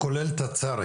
לתכנון, כולל תצ"רים?